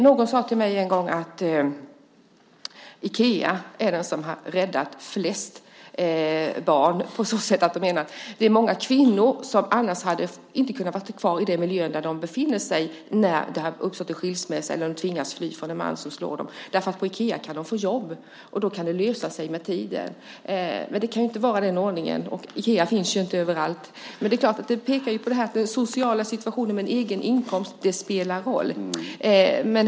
Någon sade till mig en gång att Ikea är det som har räddat flest barn på så sätt att många kvinnor som annars inte hade kunnat vara kvar i den miljö där de befinner sig när det har uppstått en skilsmässa, eller som har tvingats att fly från mannen som slår dem, kan få jobb på Ikea. Då kan det lösa sig med tiden. Men det kan inte vara den ordningen, och Ikea finns ju inte överallt. Det är klart att det pekar på att den sociala situationen med en egen inkomst spelar roll.